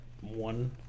one